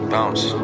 Bounce